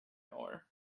ore